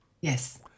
Yes